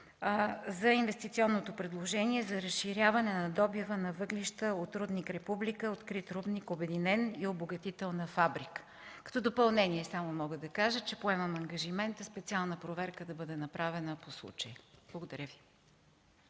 за инвестиционното предложение за разширяване на добива на въглища от рудник „Република”, открит рудник „Обединен” и обогатителна фабрика. Като допълнение само мога да кажа, че поемам ангажимента да бъде направена специална проверка по случая. Благодаря Ви.